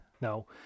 No